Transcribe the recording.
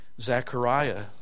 Zechariah